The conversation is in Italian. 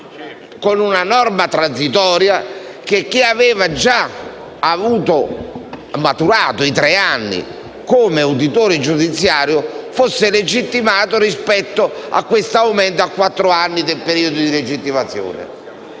con una norma transitoria, che chi aveva già maturato i tre anni come uditore giudiziario fosse legittimato rispetto al previsto aumento del periodo di legittimazione,